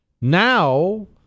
Now